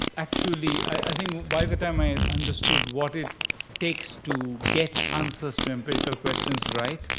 actually, i think by the time i and understood what it takes to get answers to empirical questions right,